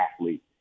athlete